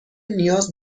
نیاز